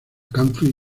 country